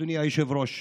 אדוני היושב-ראש.